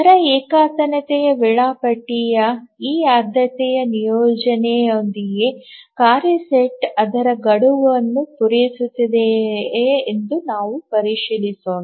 ದರ ಏಕತಾನತೆಯ ವೇಳಾಪಟ್ಟಿಯ ಈ ಆದ್ಯತೆಯ ನಿಯೋಜನೆಯೊಂದಿಗೆ ಕಾರ್ಯ ಸೆಟ್ ಅದರ ಗಡುವನ್ನು ಪೂರೈಸುತ್ತದೆಯೇ ಎಂದು ನಾವು ಪರಿಶೀಲಿಸೋಣ